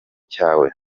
cyawe